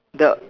the